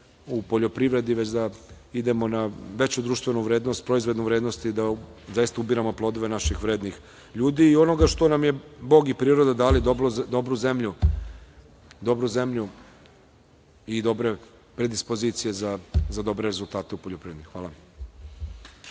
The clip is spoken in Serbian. u poljoprivredi, već da idemo na veću društvenu vrednost, proizvodu vrednost i da zaista ubiramo plodove naših vrednih ljudi i onoga što nam je Bog i priroda dali, dobru zemlju i dobre predispozicije za dobre rezultate u poljoprivredi. Hvala.